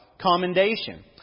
Commendation